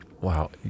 Wow